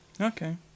Okay